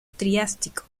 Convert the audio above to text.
triásico